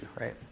right